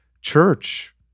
church